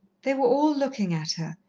they were all looking at her,